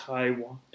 Taiwan